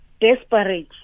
desperate